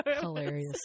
hilarious